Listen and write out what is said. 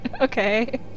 okay